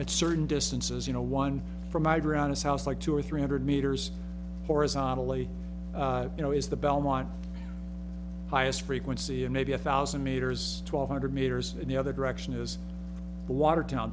at certain distances you know one from around his house like two or three hundred meters horizontally you know is the belmont highest frequency and maybe a thousand meters twelve hundred meters in the other direction is watertown